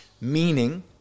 Meaning